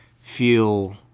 feel